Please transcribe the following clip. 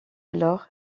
alors